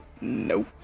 Nope